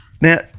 Now